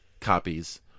copies